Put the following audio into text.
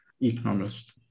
economist